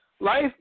life